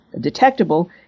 detectable